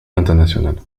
internationale